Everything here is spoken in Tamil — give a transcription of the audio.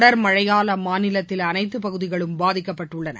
தொடர் மழையால் அம்மாநிலத்தில் அனைத்து பகுதிகளும் பாதிக்கப்பட்டுள்ளன